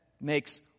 makes